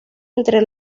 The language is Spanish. entre